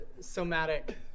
somatic